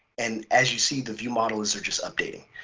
and as you see, the viewmodel is or just updating.